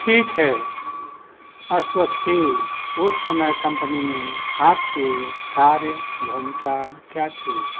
ठीक है अश्वथी उस समय कम्पनी में आपकी कार्य भूमिका क्या थी